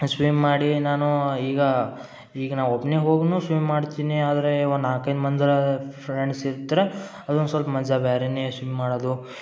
swim ಮಾಡಿ ನಾನು ಈಗ ಈಗ ನಾ ಒಬ್ಬನೇ ಹೋಗ್ನೂ ಸ್ವಿಮ್ ಮಾಡ್ತೀನಿ ಆದರೆ ಒಂದು ನಾಲ್ಕೈದು ಮಂದ್ರಾ ಫ್ರೆಂಡ್ಸ್ ಇದ್ದರೆ ಅದೊಂದು ಸೊಲ್ಪ ಮಜಾ ಬ್ಯಾರೆನೇ ಸ್ವಿಮ್ ಮಾಡದು